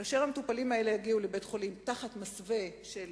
כאשר המטופלים האלה יגיעו לבית-חולים תחת מסווה של,